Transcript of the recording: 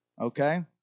Okay